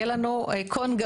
יהיה לנו --- גמיש.